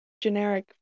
Generic